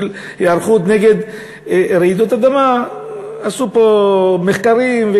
בשביל היערכות נגד רעידות אדמה עשו פה מחקרים,